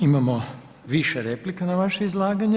Imamo više replika na vaše izlaganje.